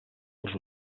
els